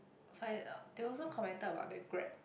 they also commented on the Grab